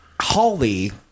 Holly